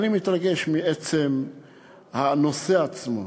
אני מתרגש מעצם הנושא עצמו,